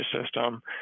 system